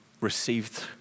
received